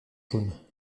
jaunes